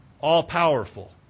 all-powerful